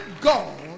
God